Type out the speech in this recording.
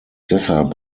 deshalb